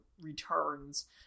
returns